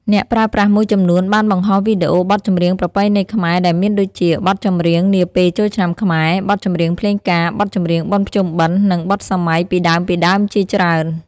អ្នកប្រើប្រាស់មួយចំនួនបានបង្ហោះវីដេអូបទចម្រៀងប្រពៃណីខ្មែរដែលមានដូចជា បទចម្រៀងនាពេលចូលឆ្នាំខ្មែរ បទចម្រៀងភ្លេងការ បទចម្រៀងបុណ្យភ្ជុំបិណ្ឌ និងបទសម័យពីដើមៗជាច្រើន។